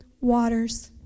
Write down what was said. waters